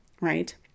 right